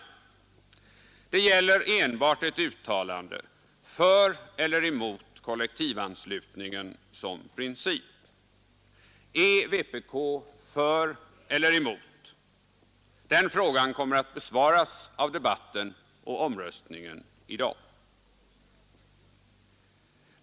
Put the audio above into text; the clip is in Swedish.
Det gäller enbart ett uttalande för eller emot kollektivanslutningen som princip. Är vpk för eller emot? Den frågan kommer att besvaras av debatten och omröstningen i dag.